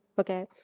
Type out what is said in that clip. Okay